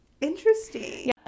Interesting